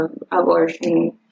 abortion